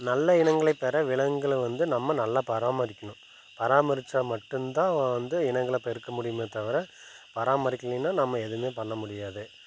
நல்ல இனங்களை பெற விலங்குகளை வந்து நம்ம நல்லா பாராமரிக்கணும் பராமரிச்சால் மட்டுந்தான் வந்து இனங்களை பெருக்க முடியுமே தவிர பராமரிக்கைலன்னா நம்ம எதுவுமே பண்ண முடியாது